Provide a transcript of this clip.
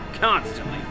constantly